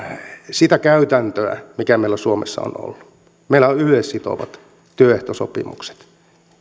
sitä käytäntöä mikä meillä suomessa on ollut meillähän on yleissitovat työehtosopimukset